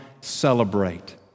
celebrate